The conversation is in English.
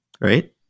right